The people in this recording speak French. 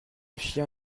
chien